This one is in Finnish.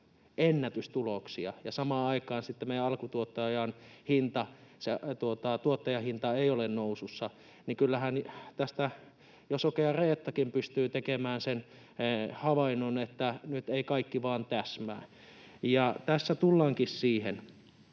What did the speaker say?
ennätystuloksia, ja samaan aikaan sitten meidän alkutuottajien tuottajahinta ei ole nousussa, niin kyllähän tästä jo sokea Reettakin pystyy tekemään sen havainnon, että nyt ei kaikki vain täsmää. Ja tässä tullaankin siihen,